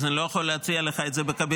אז אני לא יכול להציע לך את זה בקבינט,